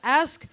ask